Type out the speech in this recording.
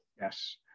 Yes